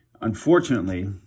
Unfortunately